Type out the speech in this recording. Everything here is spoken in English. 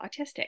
autistic